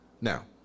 Now